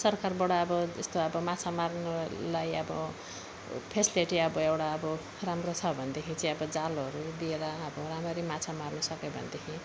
सरकारबाट अब यस्तो अब माछा मार्नलाई अब फेसलिटी अब एउटा अब राम्रो छ भनेदेखि चाहिँ अब जालहरू दिएर अब राम्ररी माछा मार्न सक्यो भनेदेखि